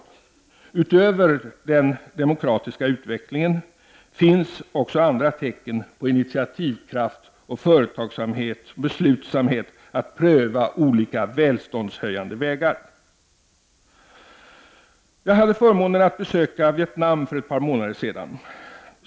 Det finns, utöver den demokratiska utvecklingen, andra tecken på initiativkraft, företagsamhet och beslutsamhet att pröva olika välståndshöjande vägar. Jag hade förmånen att besöka Vietnam för ett par månader sedan.